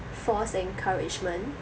false encouragement